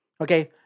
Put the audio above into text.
Okay